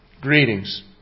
Greetings